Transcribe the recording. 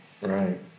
Right